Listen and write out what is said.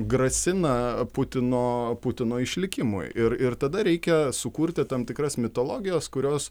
grasina putino putino išlikimui ir ir tada reikia sukurti tam tikras mitologijos kurios